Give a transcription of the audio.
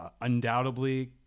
undoubtedly